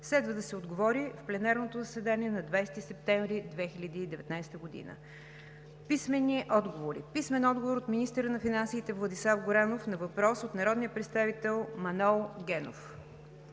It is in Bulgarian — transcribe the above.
Следва да се отговори в пленарното заседание на 20 септември 2019 г.; Писмени отговори от: - министъра на финансите Владислав Горанов на въпрос от народния представител Манол Генов;